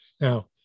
Now